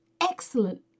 excellent